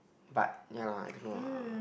but ya lor I don't know lah